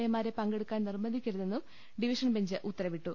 A മാരെ പങ്കെടുക്കാൻ നിർബന്ധി ക്കരുതെന്നും ഡിവിഷൻബെഞ്ച് ഉത്തരവിട്ടു